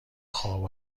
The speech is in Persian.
خواب